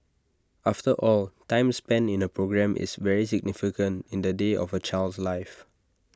after all time spent in A programme is very significant in the day of A child's life